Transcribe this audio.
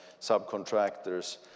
subcontractors